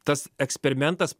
tas eksperimentas